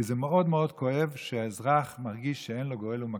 כי זה מאוד מאוד כואב שהאזרח מרגיש שאין לו גואל ומכר.